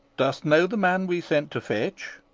dost know the man we sent to fetch?